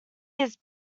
its